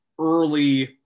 early